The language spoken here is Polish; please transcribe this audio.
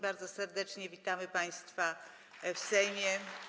Bardzo serdecznie witamy państwa w Sejmie.